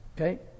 okay